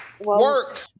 work